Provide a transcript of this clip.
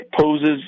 poses